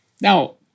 Now